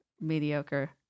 mediocre